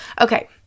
Okay